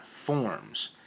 forms